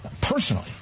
personally